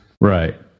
Right